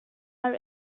are